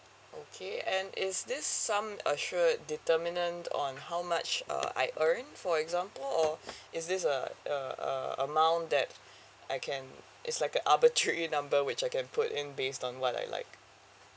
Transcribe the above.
okay and is this sum assured determinant on how much uh I earn for example or is this a a a amount that I can it's like a arbitrary number which I can put in based on what I like